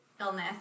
illness